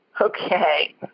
Okay